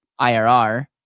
IRR